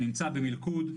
נמצא במלכוד,